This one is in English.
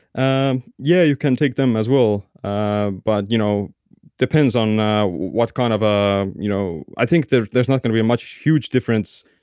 um yeah, you can take them as well ah but you know depends on what kind of a, you know, i think there's there's not going to be a much huge difference.